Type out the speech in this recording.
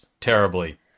terribly